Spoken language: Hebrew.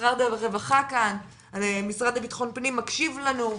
משרד הרווחה כאן, משרד לביטחון פנים מקשיב לנו,